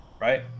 Right